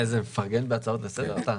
איזה מפרגן אתה בהצעות לסדר.